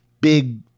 big